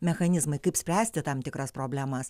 mechanizmai kaip spręsti tam tikras problemas